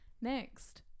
next